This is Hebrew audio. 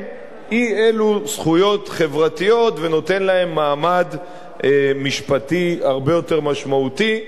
אי-אלו זכויות חברתיות ונותן להן מעמד משפטי הרבה יותר משמעותי.